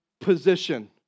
position